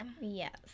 Yes